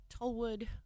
Tollwood